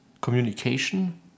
communication